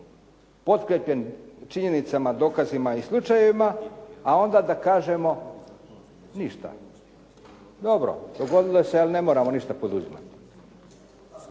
potkrijepljen činjenicama, dokazima i slučajevima, a onda da kažemo ništa. Dobro, dogodilo se ali ne moramo ništa poduzimati.